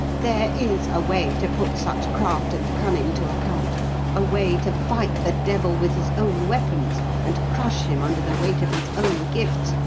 there is a way to put such craft and cunning to account a way to fight the devil with his own weapons and crush him under the weight of his own gifts,